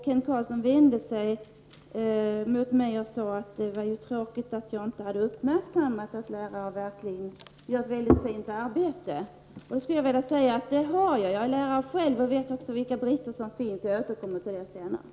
Kent Carlsson vände sig till mig och sade att det var tråkigt att jag inte hade uppmärksammat att lärare verkligen gör ett mycket fint arbete. På det vill jag svara att jag har uppmärksammat detta. Jag är lärare själv, och jag vet vilka brister som finns. Jag återkommer till detta senare.